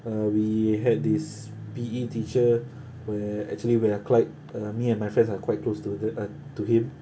uh we had this P_E teacher where actually we are quite uh me and my friends are quite close to the uh to him